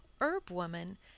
herb-woman